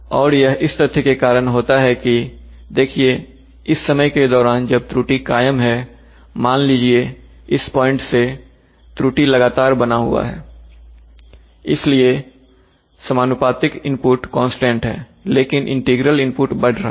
और यह इस तथ्य के कारण होता है कि देखिए इस समय के दौरान जब त्रुटि कायम है मान लीजिए इस पॉइंट सेत्रुटि लगातार बना हुआ है इसलिए समानुपातिक इनपुट कांस्टेंट है लेकिन इंटीग्रल इनपुट बढ़ रहा है